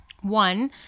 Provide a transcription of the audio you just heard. One